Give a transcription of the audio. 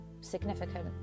significant